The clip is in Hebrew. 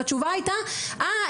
התשובה היתה - "אהה,